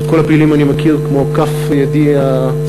את כל הפעילים אני מכיר כמו את כף ידי השמאלית.